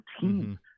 team